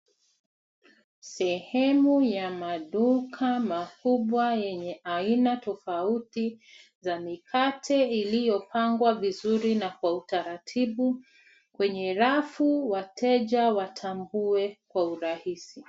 Sehemu ya maduka makubwa yenye aina tofauti za mikate iliyopangwa vizuri na kwa utaratibu kwenye rafu wateja watambue kwa urahisi.